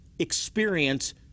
experience